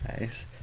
Nice